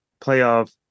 playoff